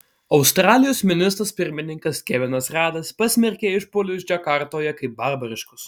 australijos ministras pirmininkas kevinas radas pasmerkė išpuolius džakartoje kaip barbariškus